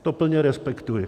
To plně respektuji.